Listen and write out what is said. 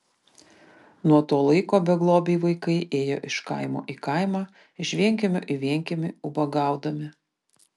nuo to laiko beglobiai vaikai ėjo iš kaimo į kaimą iš vienkiemio į vienkiemį ubagaudami